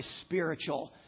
spiritual